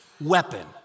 weapon